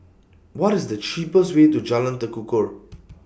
What IS The cheapest Way to Jalan Tekukor